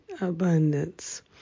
abundance